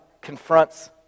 confronts